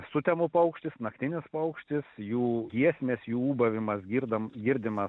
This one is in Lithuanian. sutemų paukštis naktinis paukštis jų giesmės jų ūbavimas girdom girdimas